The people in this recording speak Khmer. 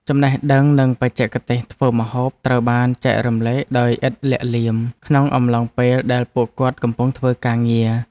ចំណេះដឹងនិងបច្ចេកទេសធ្វើម្ហូបត្រូវបានចែករំលែកដោយឥតលាក់លៀមក្នុងអំឡុងពេលដែលពួកគាត់កំពុងធ្វើការងារ។